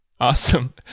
Awesome